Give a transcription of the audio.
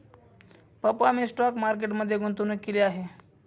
पप्पा मी stock market मध्ये गुंतवणूक केली आहे